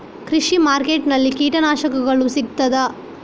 ಕೃಷಿಮಾರ್ಕೆಟ್ ನಲ್ಲಿ ಕೀಟನಾಶಕಗಳು ಸಿಗ್ತದಾ?